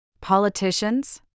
Politicians